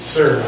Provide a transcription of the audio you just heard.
Sir